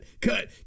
cut